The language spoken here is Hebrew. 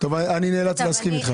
אני נאלץ להסכים איתך.